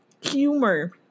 humor